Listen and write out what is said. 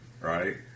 right